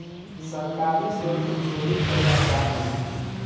सरकारी सुल्क चोरी कईल अपराध होला